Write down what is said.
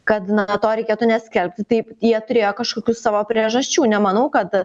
kad na to reikėtų neskelbti taip jie turėjo kažkokių savo priežasčių nemanau kad